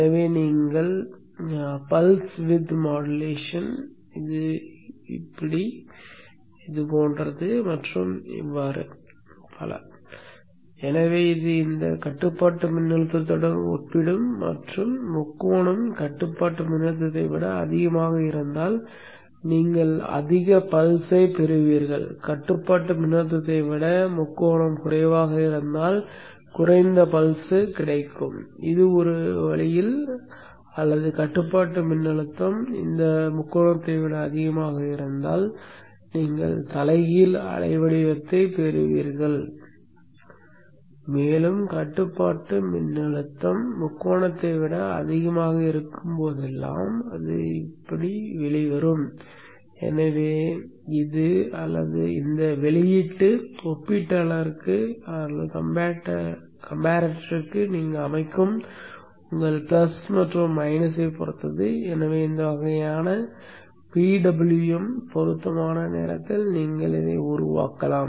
எனவே நீங்கள் நீங்கள் அமைக்கும் உங்கள் பிளஸ் அல்லது மைனஸைப் பொறுத்தது ஆனால் இந்த வகையான PWMஐ பொருத்தமான நேரத்தில் நீங்கள் உருவாக்கலாம்